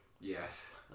Yes